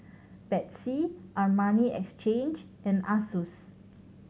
Betsy Armani Exchange and Asus